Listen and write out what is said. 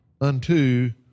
unto